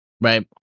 Right